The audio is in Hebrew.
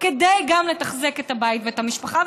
כדי לתחזק גם את הבית ואת המשפחה,